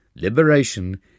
Liberation